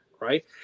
Right